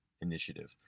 initiative